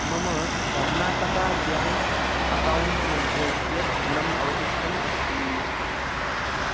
मम Karnataka bank account मध्ये कियत् धनम् अवशिष्टम् अस्ति